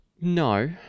No